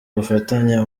ubufatanye